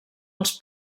els